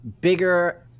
bigger